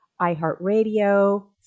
iheartradio